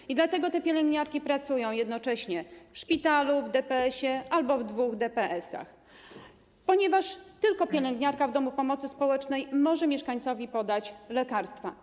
I dlatego te pielęgniarki pracują jednocześnie w szpitalu, w DPS-ie albo w dwóch DPS-ach, ponieważ tylko pielęgniarka w domu pomocy społecznej może mieszkańcowi podać lekarstwa.